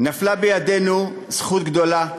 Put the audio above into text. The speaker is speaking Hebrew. נפלה בידינו זכות גדולה,